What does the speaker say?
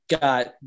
got